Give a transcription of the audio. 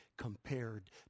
compared